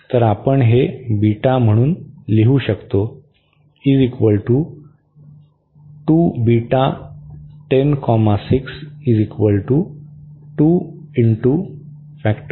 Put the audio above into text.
तर आपण हे बीटा म्हणून लिहू शकतो